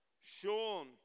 Sean